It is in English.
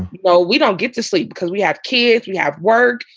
well, we don't get to sleep because we have kids. you have work,